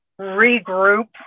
regroup